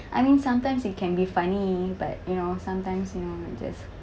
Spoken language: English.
I mean sometimes it can be funny but you know sometimes you know it just